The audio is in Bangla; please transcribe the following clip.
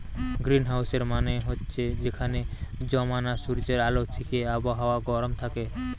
গ্রীনহাউসের মানে হচ্ছে যেখানে জমানা সূর্যের আলো থিকে আবহাওয়া গরম থাকে